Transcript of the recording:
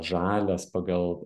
žalias pagal